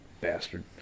bastard